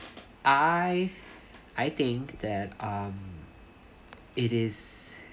I I think that um it is